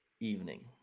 evening